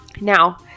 Now